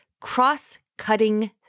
cross-cutting